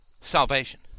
salvation